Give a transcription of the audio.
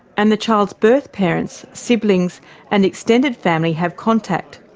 and the child's birth parents, siblings and extended family have contact,